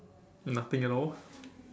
nothing at all